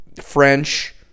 French